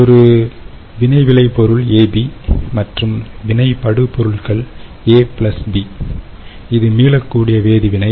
ஒரு வினை விளை பொருள் AB மற்றும் வினைபடு பொருள்கள் A B இது மீளக்கூடிய வேதி வினை